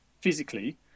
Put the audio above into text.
physically